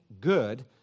good